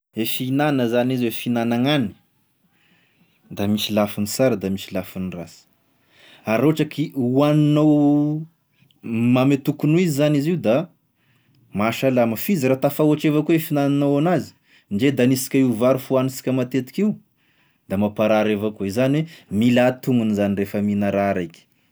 E fihinana zany izy io, fihinanagn'anigny, da misy lafiny sara da misy lafiny rasy, ary raha ohatry ki hoaninao m- raha ame tokony ho izy zany io da mahasalama, f'izy raha tafahoatry avao koa i fihinananao an'azy, ndre da gn'asika io vary fohanisika matetiky io, da mamparary avao koa i, izany hoe mila antonony zany refa mihina raha raiky.